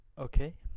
okay